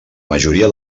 majoria